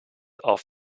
auf